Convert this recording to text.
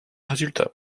résultat